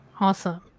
Awesome